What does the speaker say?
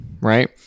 right